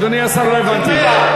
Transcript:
אדוני השר, לא הבנתי.